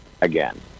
again